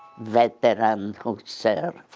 veteran um who served